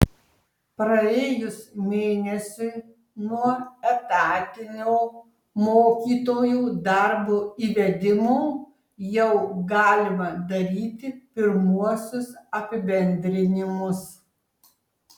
praėjus mėnesiui nuo etatinio mokytojų darbo įvedimo jau galima daryti pirmuosius apibendrinimus